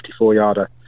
54-yarder